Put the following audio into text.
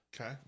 okay